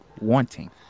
wanting